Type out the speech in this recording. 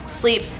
sleep